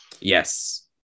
Yes